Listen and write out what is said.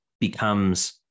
becomes